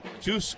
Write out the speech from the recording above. two